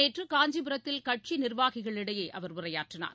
நேற்று காஞ்சிபுரத்தில் கட்சி நிர்வாகிகளிடையே அவர் உரையாற்றினார்